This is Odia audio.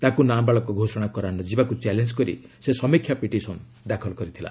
ତାକୁ ନାବାଳକ ଘୋଷଣା କରାନଯିବାକୁ ଚ୍ୟାଲେଞ୍ଜ କରି ସେ ସମୀକ୍ଷା ପିଟିସନ ଦାଖଲ କରିଥିଲା